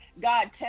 God